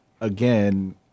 again